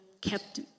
kept